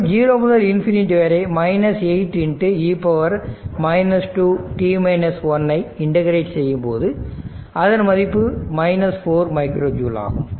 மற்றும் 0 முதல் ∞ வரை 8e 2ஐ இண்டகிரேட் செய்யும்போது அதன் மதிப்பு 4 மைக்ரோ ஜூல்ஆகும்